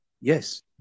Yes